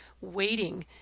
waiting